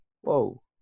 whoa